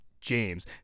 james